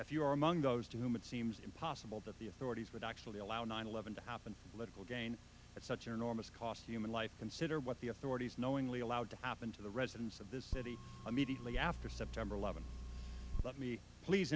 if you are among those doom it seems impossible that the authorities would actually allow nine eleven to happen little gain at such an enormous cost human life consider what the authorities knowingly allowed to happen to the residents of this city immediately after september eleventh let me please